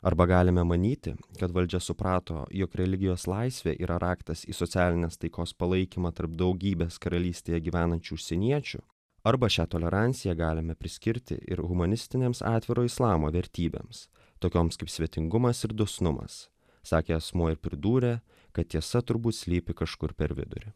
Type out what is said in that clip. arba galime manyti kad valdžia suprato jog religijos laisvė yra raktas į socialinės taikos palaikymą tarp daugybės karalystėje gyvenančių užsieniečių arba šią toleranciją galime priskirti ir humanistinėms atviro islamo vertybėms tokioms kaip svetingumas ir dosnumas sakė asmuo ir pridūrė kad tiesa turbūt slypi kažkur per vidurį